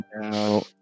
now